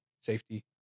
Safety